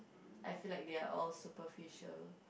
I feel like they are all superficial